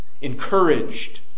encouraged